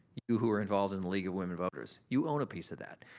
you who are involved in league of women voters. you own a piece of that.